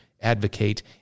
advocate